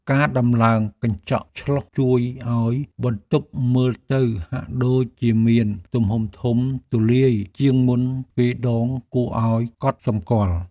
ការដំឡើងកញ្ចក់ឆ្លុះជួយឱ្យបន្ទប់មើលទៅហាក់ដូចជាមានទំហំធំទូលាយជាងមុនទ្វេដងគួរឱ្យកត់សម្គាល់។